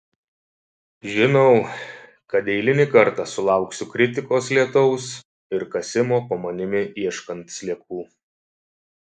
žinau kad eilinį kartą sulauksiu kritikos lietaus ir kasimo po manimi ieškant sliekų